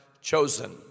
chosen